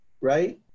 right